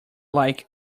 like